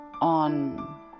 on